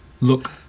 Look